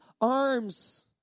arms